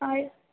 ಹಾಂ